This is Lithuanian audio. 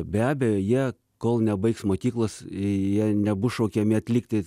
be abejo jie kol nebaigs mokyklos jie nebus šaukiami atlikti